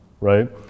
right